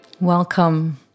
Welcome